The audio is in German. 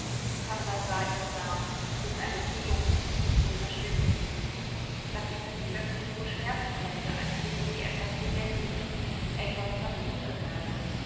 konrad sah ihnen nach bis eine biegung des zugs sie verschwinden ließ daß ihn das plötzlich so schmerzen konnte als wären sie etwas lebendiges etwas das ihm gehörte